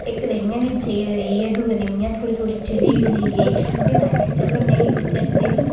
इक दिन इं'या बी इ'यै दूए दिन थोह्ड़े थोह्ड़े जलियै प्ही में आखेआ चलो नेईं जलदे निं